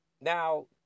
now